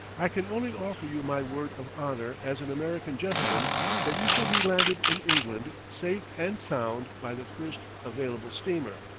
i can only offer you my word of honor as an american gentleman that you shall be landed in england, safe and sound, by the first available steamer